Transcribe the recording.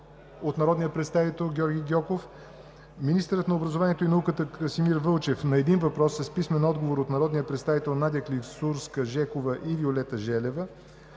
от народния представител Георги Гьоков; - министърът на образованието и науката Красимир Вълчев на един въпрос с писмен отговор от народните представители Надя Клисурска и Виолета Желева.